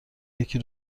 یکی